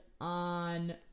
on